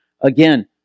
Again